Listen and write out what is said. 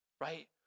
right